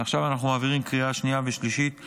ועכשיו אנחנו מעבירים בקריאה שנייה ושלישית.